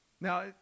now